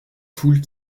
foule